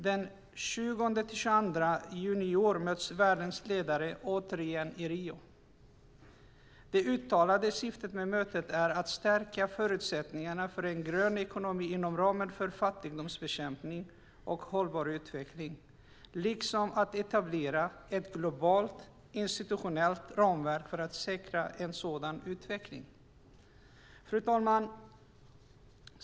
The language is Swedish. Den 20-22 juni i år möts världens ledare återigen i Rio. Det uttalade syftet med mötet är att stärka förutsättningarna för en grön ekonomi inom ramen för fattigdomsbekämpning och hållbar utveckling liksom att etablera ett globalt, institutionellt ramverk för att säkra en sådan utveckling. Fru talman!